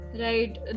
Right